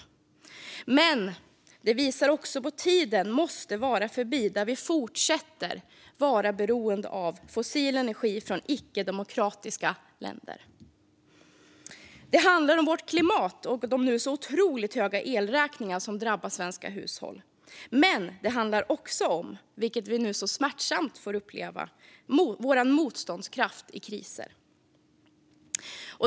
Men det visar också på att tiden måste vara förbi där vi fortsätter att vara beroende av fossil energi från icke-demokratiska länder. Det handlar om vårt klimat och de otroligt höga elräkningar som nu drabbar svenska hushåll, men det handlar också om - vilket vi nu smärtsamt får uppleva - vår motståndskraft i kriser.